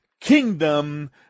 kingdom